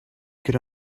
could